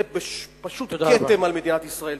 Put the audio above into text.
זה פשוט כתם על מדינת ישראל.